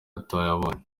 atabonye